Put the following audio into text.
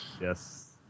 Yes